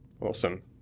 Awesome